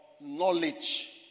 knowledge